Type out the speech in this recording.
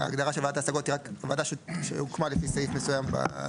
ההגדרה של וועדת ההשגות היא רק וועדה שהוקמה לפי סעיף מסוים בחוק.